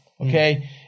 okay